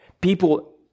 people